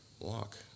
walk